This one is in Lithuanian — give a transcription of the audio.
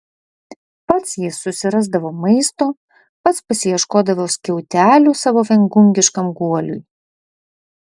pats jis susirasdavo maisto pats pasiieškodavo skiautelių savo viengungiškam guoliui